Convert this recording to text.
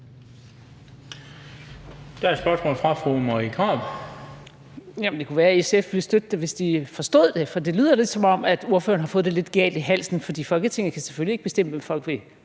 Der er et spørgsmål fra fru Marie Krarup. Kl. 19:43 Marie Krarup (DF): Det kunne jo være, at SF ville støtte det, hvis de forstod det. Det lyder lidt, som om ordføreren har fået det lidt galt i halsen, for Folketinget kan selvfølgelig ikke bestemme, hvem folk skal